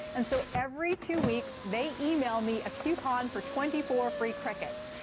and so every two weeks, they email me a coupon for twenty four free crickets.